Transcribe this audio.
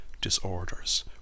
disorders